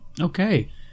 Okay